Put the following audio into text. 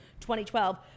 2012